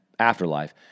afterlife